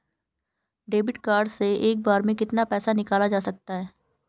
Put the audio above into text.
Debit card से एक बार में कितना पैसा निकाला जा सकता है?